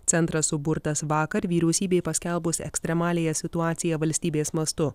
centras suburtas vakar vyriausybei paskelbus ekstremaliąją situaciją valstybės mastu